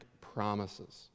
promises